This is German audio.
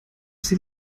sie